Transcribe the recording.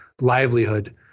livelihood